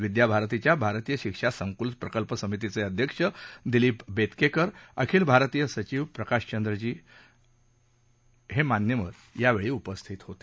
विद्याभारतीच्या भारतीय शिक्षा संकुल प्रकल्प समितीचे अध्यक्ष दिलीप बेतकेकर अखिल भारतीय सचिव प्रकाशचंद्रजी इत्यादी मान्यवर यावेळी उपस्थित होते